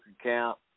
account